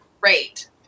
great